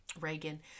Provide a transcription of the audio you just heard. Reagan